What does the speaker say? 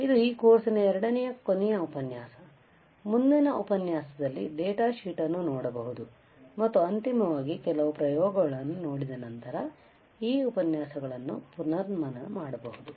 ಇದು ಈ ಕೋರ್ಸ್ನ ಎರಡನೇ ಕೊನೆಯ ಉಪನ್ಯಾಸ ಮುಂದಿನ ಉಪನ್ಯಾಸದಲ್ಲಿ ಡೇಟಾ ಶೀಟ್ ಅನ್ನು ನೋಡಬಹುದು ಮತ್ತು ಅಂತಿಮವಾಗಿ ಕೆಲವು ಪ್ರಯೋಗಗಳನ್ನು ನೋಡಿದ ನಂತರ ಈ ಉಪನ್ಯಾಸಗಳನ್ನು ಪುನರ್ಮನನ ಮಾಡಬಹುದು